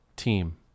team